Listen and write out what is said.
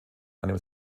einem